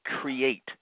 Create